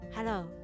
Hello